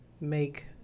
make